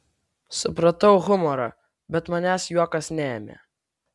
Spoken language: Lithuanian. supratau humorą bet manęs juokas neėmė